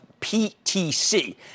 PTC